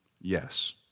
Yes